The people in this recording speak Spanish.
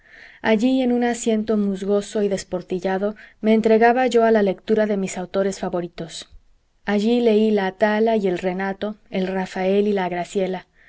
allí en un asiento musgoso y desportillado me entregaba yo a la lectura de mis autores favoritos allí leí la atala y el renato el rafael y la graciela